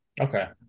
Okay